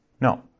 No